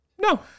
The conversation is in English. No